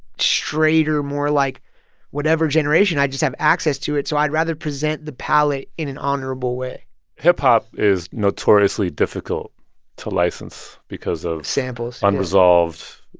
straighter, more like whatever generation. i just have access to it, so i'd rather present the palette in an honorable way hip-hop is notoriously difficult to license because of. samples. unresolved